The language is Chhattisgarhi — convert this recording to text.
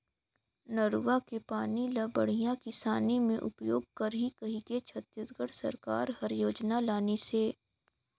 नरूवा के पानी ल बड़िया किसानी मे उपयोग करही कहिके छत्तीसगढ़ सरकार हर योजना लानिसे